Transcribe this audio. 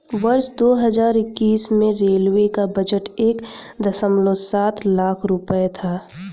वर्ष दो हज़ार इक्कीस में रेलवे का बजट एक दशमलव सात लाख रूपये था